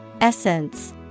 Essence